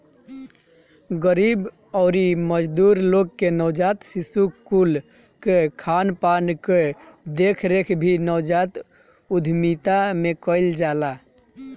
गरीब अउरी मजदूर लोग के नवजात शिशु कुल कअ खानपान कअ देखरेख भी नवजात उद्यमिता में कईल जाला